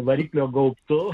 variklio gaubtu